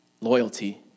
loyalty